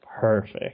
Perfect